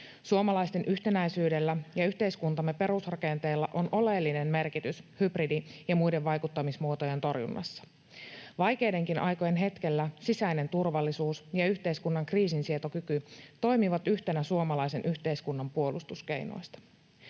Suomalaisten yhtenäisyydellä ja yhteiskuntamme perusrakenteella on oleellinen merkitys hybridi- ja muiden vaikuttamismuotojen torjunnassa. Vaikeidenkin aikojen hetkellä sisäinen turvallisuus ja yhteiskunnan kriisinsietokyky toimivat yhtenä suomalaisen yhteiskunnan puolustuskeinoista.